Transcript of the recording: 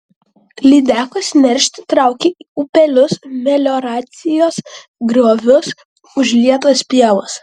lydekos neršti traukia į upelius melioracijos griovius užlietas pievas